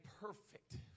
perfect